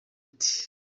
ati